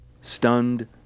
Stunned